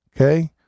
Okay